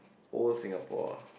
old Singapore